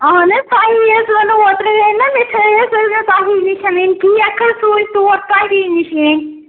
اَہن حظ تۄہے حظ وَنوٕ اوترٕ أنۍ نا مٹھٲے حظ ٲسۍ نہٕ تۄہے نِش أنۍ کیک حظ سوٗزۍ تور تۄہے نِش نی